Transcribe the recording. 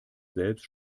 selbst